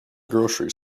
grocery